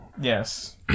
Yes